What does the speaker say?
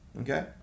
okay